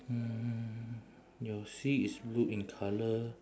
hmm your sea is blue in colour